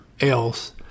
else